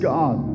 God